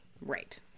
Right